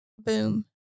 boom